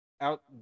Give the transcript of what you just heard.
out